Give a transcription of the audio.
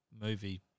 movie